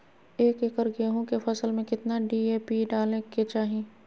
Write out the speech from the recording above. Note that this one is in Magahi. एक एकड़ गेहूं के फसल में कितना डी.ए.पी डाले के चाहि?